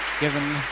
given